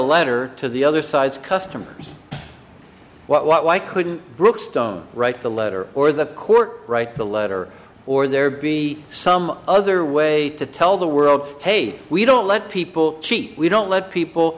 letter to the other side's customers why couldn't brookstone write the letter or the court write the letter or there be some other way to tell the world hey we don't let people cheat we don't let people